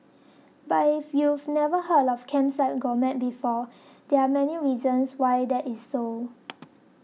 but if you've never heard of Kerbside Gourmet before there are many reasons why that is so